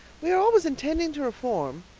we are always intending to reform.